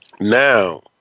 Now